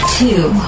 two